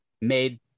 made